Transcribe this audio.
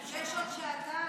יש עוד שעתיים.